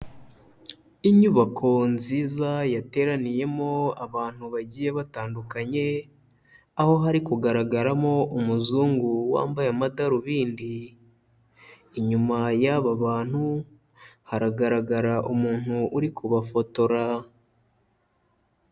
Inyubako nziza yateraniyemo abantu bagiye batandukanye, aho hari kugaragaramo umuzungu wambaye amadarubindi, inyuma y'aba bantu haragaragara umuntu uri kubafotora.